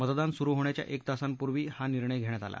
मतदान सुरु होण्याच्या एक तासापूर्वीच हा निर्णय घेण्यात आला